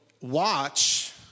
watch